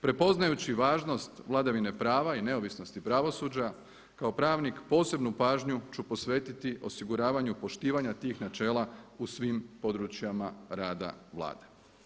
Prepoznajući važnost vladavine prava i neovisnosti pravosuđa kao pravnik posebnu pažnju ću posvetiti osiguravanju poštivanja tih načela u svim područjima rada Vlade.